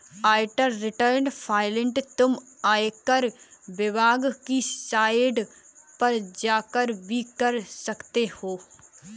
आयकर return filing तुम आयकर विभाग की साइट पर जाकर भी कर सकते हो